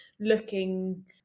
looking